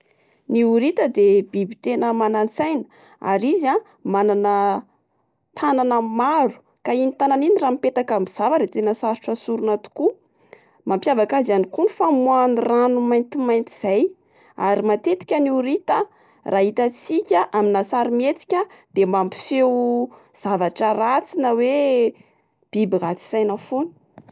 Ny horita de biby tena manan-tsaina, ary izy a manana tanana maro ka iny tanany iny raha mipetaka amin'ny zavatra de tena sarotra asorina tokoa, mampiavaka azy ihany koa ny famoahany rano maintimainty izay, ary matetika ny horita a raha hitantsika amina sary mihetsika de mampiseho zavatra ratsy na oe biby ratsy saina foana.